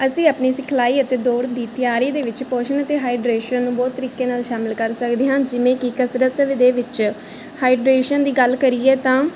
ਅਸੀਂ ਆਪਣੀ ਸਿਖਲਾਈ ਅਤੇ ਦੌੜ ਦੀ ਤਿਆਰੀ ਦੇ ਵਿੱਚ ਪੋਸ਼ਣ ਅਤੇ ਹਾਈਡਰੇਸ਼ਨ ਨੂੰ ਬਹੁਤ ਤਰੀਕੇ ਨਾਲ ਸ਼ਾਮਿਲ ਕਰ ਸਕਦੇ ਹਨ ਜਿਵੇਂ ਕਿ ਕਸਰਤ ਵੇ ਦੇ ਵਿੱਚ ਹਾਈਡਰੇਸ਼ਨ ਦੀ ਗੱਲ ਕਰੀਏ ਤਾਂ